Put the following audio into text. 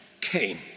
came